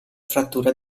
frattura